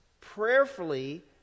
prayerfully